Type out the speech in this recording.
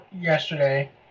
yesterday